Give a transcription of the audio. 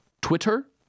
Twitter